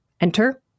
enter